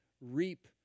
Reap